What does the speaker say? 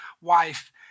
wife